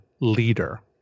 leader